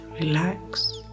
relax